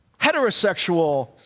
heterosexual